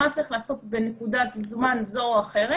מה צריך לעשות בנקודת זמן זו או אחרת